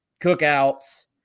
cookouts